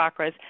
chakras